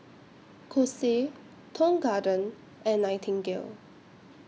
Kose Tong Garden and Nightingale